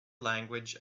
language